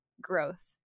growth